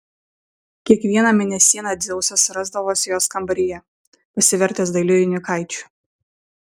kiekvieną mėnesieną dzeusas rasdavosi jos kambaryje pasivertęs dailiu jaunikaičiu